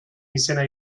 izena